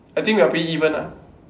I think we are pretty even ah